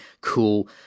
cool